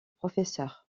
professeur